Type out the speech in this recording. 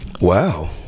Wow